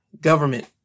government